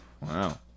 Wow